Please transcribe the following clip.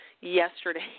yesterday